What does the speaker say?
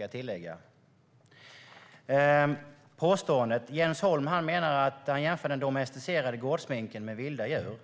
Jens Holm jämför till exempel den domesticerade gårdsminken med vilda djur.